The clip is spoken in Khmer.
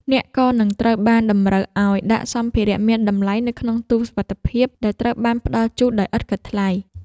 អ្នកក៏នឹងត្រូវបានតម្រូវឱ្យដាក់សម្ភារៈមានតម្លៃនៅក្នុងទូសុវត្ថិភាព ដែលត្រូវបានផ្ដល់ជូនដោយឥតគិតថ្លៃ។